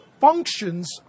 functions